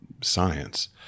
science